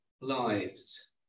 lives